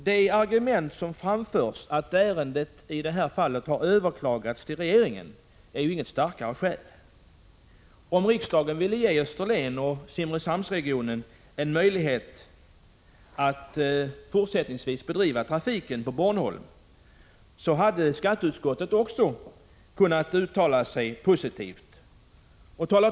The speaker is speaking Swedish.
Det argument som framförts av utskottsmajoriteten, att ärendet har överklagats till regeringen, är inget starkt argument. Om riksdagen ville ge människorna på Österlen och i Simrishamnsregionen en möjlighet att fortsättningsvis åka färja till Bornholm, hade skatteutskottet kunnat uttala sig positivt om våra motionsförslag.